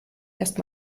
erst